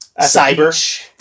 Cyber